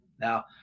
Now